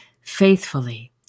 faithfully